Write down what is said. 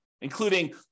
including